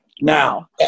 now